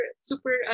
Super